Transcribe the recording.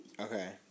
Okay